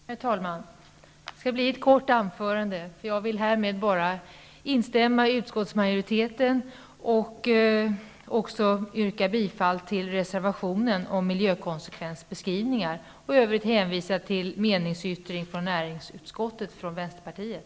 Herr talman! Det skall bli ett kort anförande. Härmed vill jag bara instämma med utskottsmajoriteten och också yrka bifall till reservationen om miljökonsekvensbeskrivningar. I övrigt hänvisar jag till Vänsterpartiets meningsyttring från näringsutskottet.